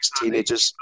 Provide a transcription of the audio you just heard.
teenagers